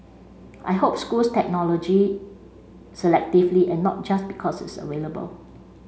I hope schools technology selectively and not just because it's available